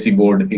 board